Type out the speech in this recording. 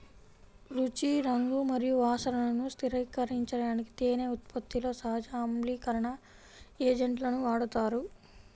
రుచి, రంగు మరియు వాసనను స్థిరీకరించడానికి తేనె ఉత్పత్తిలో సహజ ఆమ్లీకరణ ఏజెంట్లను వాడతారు